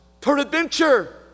peradventure